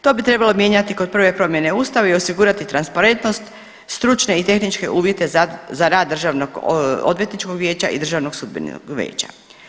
To bi trebalo mijenjati kod prve promjene Ustava i osigurati transparentnost, stručne i tehničke uvjete za rad Državnoodvjetničkog vijeća i Državnog sudbenog vijeća.